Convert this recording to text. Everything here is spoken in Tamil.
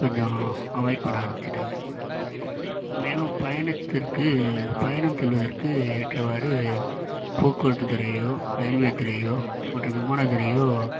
கொஞ்சம் அவாயிட் பண்ண ஆரம்பிச்சுட்டாங்க மேலும் பயணத்திற்கு பயணம் செல்வதற்கு ஏற்றவாறு போக்குவரத்துத் துறையோ ரயில்வே துறையோ மற்றும் விமான துறையோ